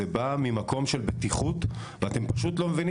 זה ממש בא ממקום של בטיחות ואתם פשוט לא מבינים